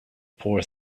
poor